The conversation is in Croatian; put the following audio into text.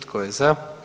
Tko je za?